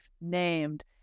named